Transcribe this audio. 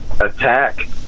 attack